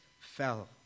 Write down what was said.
fell